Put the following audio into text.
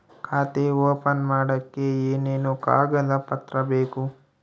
ಖಾತೆ ಓಪನ್ ಮಾಡಕ್ಕೆ ಏನೇನು ಕಾಗದ ಪತ್ರ ಬೇಕು?